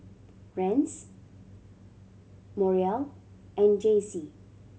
Rance Muriel and Jacey